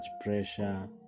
pressure